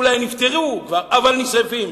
אולי נפטרו כבר, אבל נשרפים.